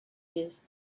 ist